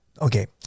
Okay